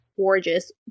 gorgeous